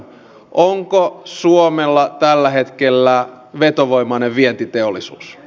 onko suomella tällä hetkellä vetovoimainen vientiteollisuus